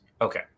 Okay